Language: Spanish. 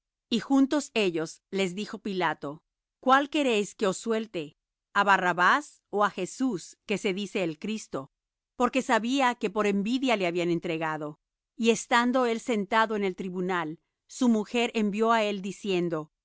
y juntos ellos les dijo pilato cuál queréis que os suelte á barrabás ó á jesús que se dice el cristo porque sabía que por envidia le habían entregado y estando él sentado en el tribunal su mujer envió á él diciendo